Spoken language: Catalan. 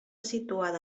situada